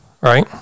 right